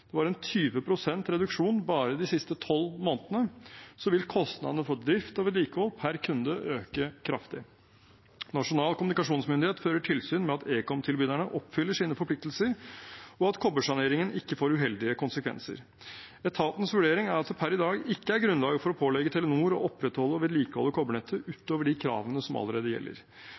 det var 20 pst. reduksjon bare de siste tolv månedene – vil kostnadene for drift og vedlikehold per kunde øke kraftig. Nasjonal kommunikasjonsmyndighet fører tilsyn med at ekomtilbyderne oppfyller sine forpliktelser, og at kobbersaneringen ikke får uheldige konsekvenser. Etatens vurdering er at det per i dag ikke er grunnlag for å pålegge Telenor å opprettholde og vedlikeholde kobbernettet utover de kravene som allerede gjelder.